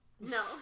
No